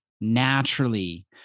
naturally